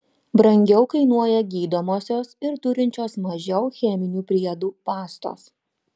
brangiau kainuoja gydomosios ir turinčios mažiau cheminių priedų pastos